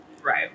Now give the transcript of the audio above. Right